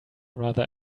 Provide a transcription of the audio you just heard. rather